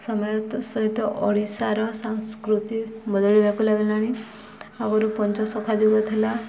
ସମୟ ସହିତ ଓଡ଼ିଶାର ସଂସ୍କୃତି ବଦଳିବାକୁ ଲାଗିଲାଣି ଆଗରୁ ପଞ୍ଚ ସଖା ଯୁଗ ଥିଲା